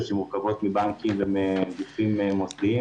שמורכבות מבנקים ומגופים מוסדיים.